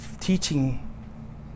teaching